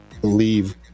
believe